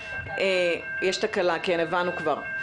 יש תקלה, כן, הבנו כבר.